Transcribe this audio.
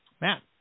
matt